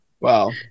Wow